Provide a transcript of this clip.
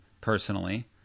personally